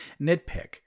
nitpick